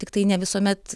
tiktai ne visuomet